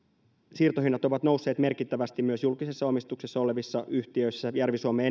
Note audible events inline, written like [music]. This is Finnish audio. siirtohinnat ovat nousseet merkittävästi myös julkisessa omistuksessa olevissa yhtiöissä esimerkkejä järvi suomen [unintelligible]